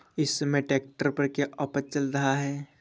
इस समय ट्रैक्टर पर क्या ऑफर चल रहा है?